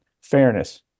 fairness